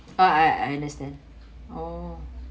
ah I understand oh